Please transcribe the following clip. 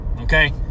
Okay